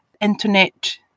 internet